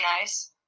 nice